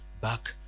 back